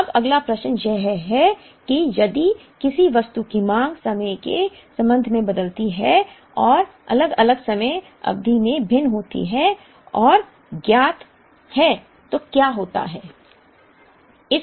अब अगला प्रश्न यह है कि यदि किसी वस्तु की मांग समय के संबंध में बदलती है और अलग अलग समय अवधि में भिन्न होती है और ज्ञात है तो क्या होता है